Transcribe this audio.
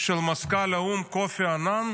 של מזכ"ל האו"ם קופי ענאן,